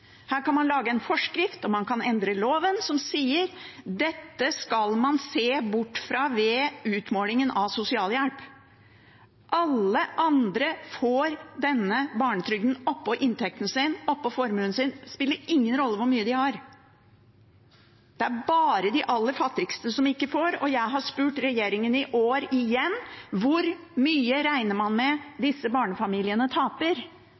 Her kan man lage en forskrift, og man kan endre loven som sier at dette skal man se bort fra ved utmålingen av sosialhjelp. Alle andre får denne barnetrygden oppå inntekten sin, oppå formuen sin – det spiller ingen rolle hvor mye de har. Det er bare de aller fattigste som ikke får, og jeg har spurt regjeringen i år igjen: Hvor mye regner man med at disse barnefamiliene taper?